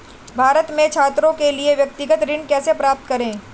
भारत में छात्रों के लिए व्यक्तिगत ऋण कैसे प्राप्त करें?